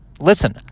listen